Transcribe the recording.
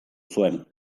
zuen